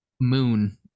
moon